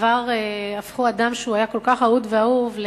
וכבר הפכו אדם שהיה כל כך אהוד ואהוב,